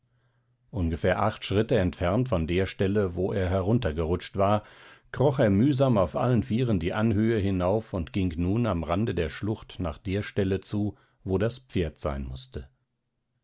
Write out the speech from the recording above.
ungefähr acht schritte entfernt von der stelle wo er heruntergerutscht war kroch er mühsam auf allen vieren die anhöhe hinauf und ging nun am rande der schlucht nach der stelle zu wo das pferd sein mußte